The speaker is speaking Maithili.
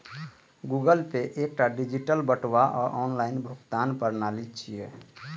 गूगल पे एकटा डिजिटल बटुआ आ ऑनलाइन भुगतान प्रणाली छियै